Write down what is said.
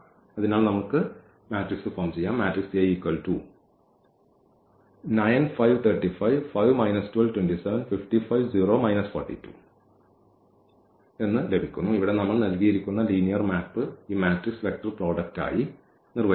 അതിനാൽ നമ്മൾക്ക് ഇവിടെ A ഉണ്ട് എന്ന മാട്രിക്സ് ഇവിടെ നമ്മൾ നൽകിയിരിക്കുന്ന ലീനിയർ മാപ്പ് ഈ മാട്രിക്സ് വെക്റ്റർ പ്രോഡക്റ്റ് ആയി നിർവ്വചിക്കും